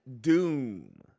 Doom